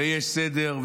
ויש סדר,